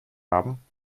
haben